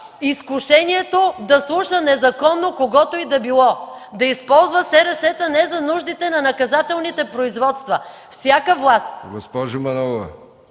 изкушението да слуша незаконно когото и да било, да използва СРС-та не за нуждите на наказателните производства. (Ръкопляскания